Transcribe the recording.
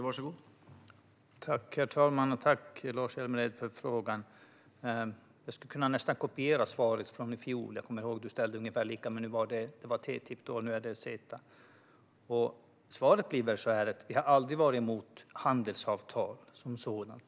Herr talman! Tack, Lars Hjälmered, för frågan! Jag skulle nästan kunna kopiera svaret från i fjol; jag kommer ihåg att frågan var ungefär densamma men då om TTIP. Nu är det CETA. Svaret blir att vi aldrig har varit emot handelsavtal som sådana.